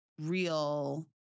real